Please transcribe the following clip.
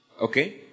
okay